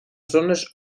zones